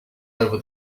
over